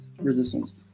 resistance